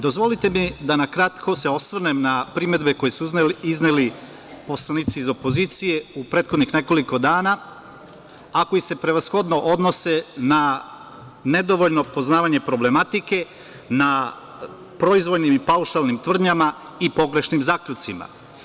Dozvolite mi da na kratko se osvrnem na primedbe koje su izneli poslanici iz opozicije u prethodnih nekoliko dana, a koji se prevashodno odnose na nedovoljno poznavanje problematike, na proizvoljnim i paušalnim tvrdnjama i pogrešnim zaključcima.